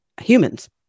humans